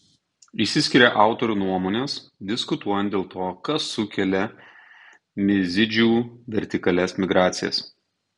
išsiskiria autorių nuomonės diskutuojant dėl to kas sukelia mizidžių vertikalias migracijas